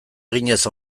eginez